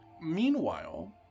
Meanwhile